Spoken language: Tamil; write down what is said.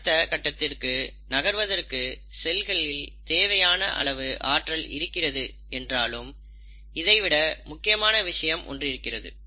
அடுத்த கட்டத்திற்கு நகர்வதற்கு செல்களில் தேவையான ஆற்றல் இருக்கிறது என்றாலும் இதை விட முக்கியமான விஷயம் ஒன்றிருக்கிறது